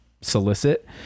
solicit